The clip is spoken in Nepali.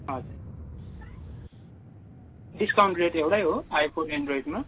हजुर डिस्कउन्ट रेट एउटै हो आइफोन एन्ड्रोइडमा